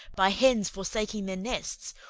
by hens forsaking their nests,